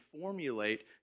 formulate